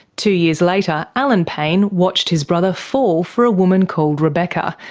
two years later, alan payne watched his brother fall for a woman called rebecca,